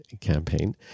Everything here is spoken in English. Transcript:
campaign